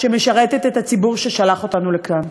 שמשרתת את הציבור ששלח אותנו לכאן.